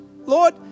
Lord